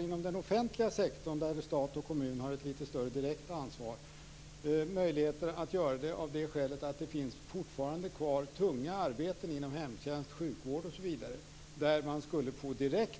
Inom den offentliga sektorn, där stat och kommun har ett direkt ansvar, har vi möjlighet att göra det av det skälet att det fortfarande finns kvar tunga arbeten inom hemtjänst, sjukvård osv. Där skulle man få direkta